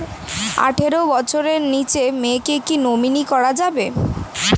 আঠারো বছরের নিচে মেয়েকে কী নমিনি করা যাবে?